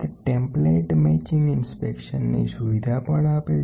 તે template matching તપાસણી સુવિધા આપે છે